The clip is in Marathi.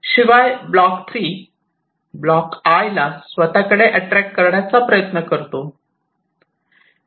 शिवाय ब्लॉक 3 ब्लॉक 'I' ला स्वतःकडे अट्रॅक्ट करण्याचा प्रयत्न करतो